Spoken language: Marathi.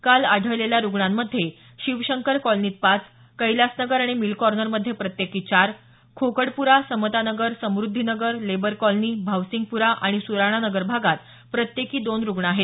काल आढळलेल्या रुग्णांमध्ये शिवशंकर कॉलनी पाच कैलासनगर आणि मिल कॉर्नरमध्ये प्रत्येकी चार खोकडपुरा समता नगर समुद्धी नगर लेबर कॉलनी भावसिंपूरा आणि सुराणा नगर भागात प्रत्येकी दोन रुग्ण आहेत